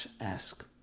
ask